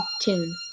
tune